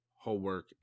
homework